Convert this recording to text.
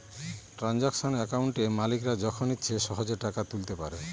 transaction একাউন্টে মালিকরা যখন ইচ্ছে সহেজে টাকা তুলতে পারে